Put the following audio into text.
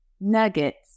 nuggets